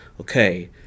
okay